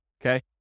okay